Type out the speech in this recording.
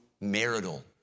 marital